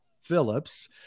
Phillips